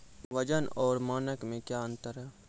वजन और मानक मे क्या अंतर हैं?